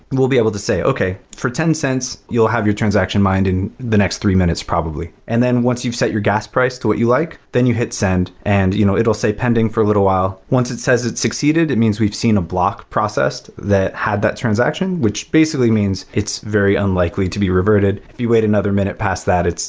we'll be able to say, okay, for ten cents you will have your transaction mined in the next three minutes probably. and then once you've set your gas price to what you like, then you hit send and you know it will say pending for a little while. once it says it succeeded, it means we've seen a block processed that had that transaction, which basically means it's very unlikely to be reverted. if you wait another minute past that,